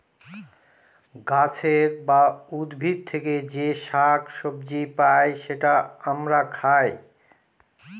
গাছের বা উদ্ভিদ থেকে যে শাক সবজি পাই সেটা আমরা খাই